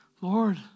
Lord